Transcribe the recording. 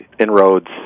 inroads